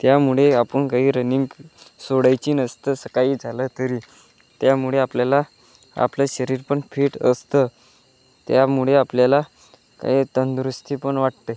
त्यामुळे आपण काही रनिंग सोडायची नसतं असं काही झालं तरी त्यामुळे आपल्याला आपलं शरीर पण फिट असतं त्यामुळे आपल्याला काही तंदुरुस्ती पण वाटते